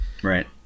Right